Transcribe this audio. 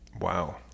Wow